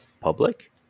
public